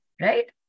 right